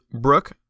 Brooke